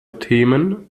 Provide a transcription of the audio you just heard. themen